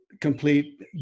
complete